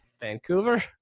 Vancouver